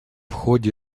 ходе